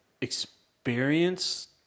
experience